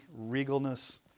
regalness